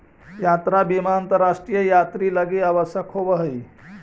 यात्रा बीमा अंतरराष्ट्रीय यात्रि लगी आवश्यक होवऽ हई